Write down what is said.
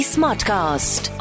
Smartcast